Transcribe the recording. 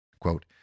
Quote